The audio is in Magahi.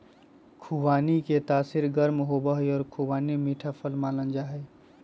खुबानी के तासीर गर्म होबा हई और खुबानी मीठा फल मानल जाहई